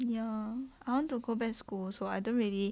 ya I want to go back to school also I don't really